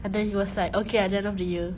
and then he was like okay at the end of the year